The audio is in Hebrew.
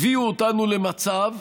הביאו אותנו למצב,